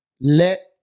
let